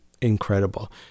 incredible